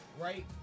right